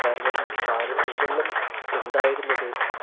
കാരണം ഇതെല്ലാം ഉണ്ടായിരുന്നത്